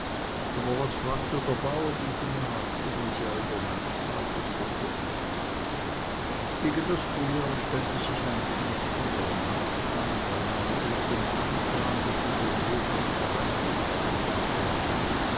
aber was fragte der bauer diesem nach ging es ja über meines vaters buckel aus gegen das frühjahr stellte sich ein knecht und eine magd ein weil meine eltern einsahen daß sie den hof nicht allein bearbeiten konnten